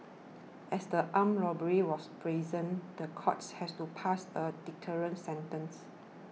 as the armed robbery was brazen the courts has to pass a deterrent sentence